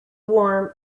warm